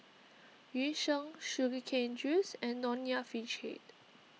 Yu Sheng Sugar Cane Juice and Nonya Fish Head